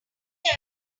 your